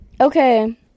Okay